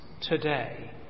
today